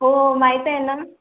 हो माहीत आहे ना